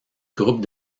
groupe